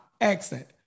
accent